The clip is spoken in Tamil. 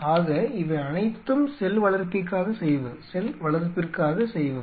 ஆக இவையனைத்தும் செல் வளர்ப்பிற்காக செய்வது